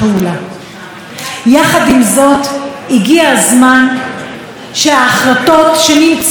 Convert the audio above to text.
הגיע הזמן שההחלטות שנמצאות כבר על שולחן הממשלה,